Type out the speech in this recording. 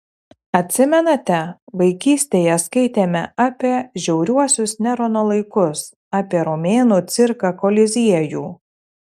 atsimenate vaikystėje skaitėme apie žiauriuosius nerono laikus apie romėnų cirką koliziejų